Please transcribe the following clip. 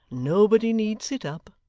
nobody need sit up.